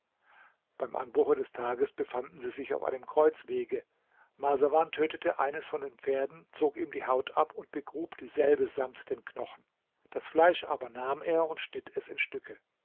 beim anbruche des tages befanden sie sich auf einem kreuzwege marsawan tötete eines von den pferden zog ihm die haut ab und begrub dieselbe samt den knochen das fleisch aber nahm er und schnitt es in stücke